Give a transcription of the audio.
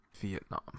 vietnam